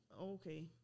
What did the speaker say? Okay